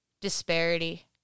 disparity